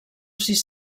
sis